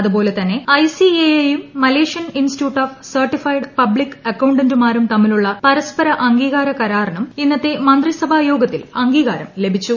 അതുപോലെതന്നെ I C A ഐയും Malaysian Institute of Certified Public അക്കൌണ്ടന്റുമാരും തമ്മിലുള്ള പരസ്പര അംഗീകാര കരാറിനും ഇന്നത്തെ മന്ത്രിസഭാ യോഗത്തിൽ അംഗീകാരം ലഭിച്ചു